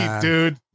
dude